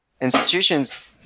institutions